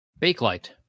Bakelite